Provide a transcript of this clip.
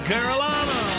Carolina